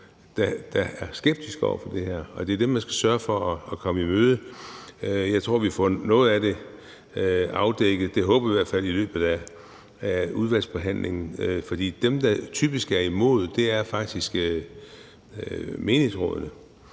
der er skeptisk over for det her, og det er dem, man skal sørge for at komme i møde. Jeg tror, vi får noget af det afdækket – det håber vi i hvert fald – i løbet af udvalgsbehandlingen, for dem, der typisk er imod, er faktisk menighedsrådene.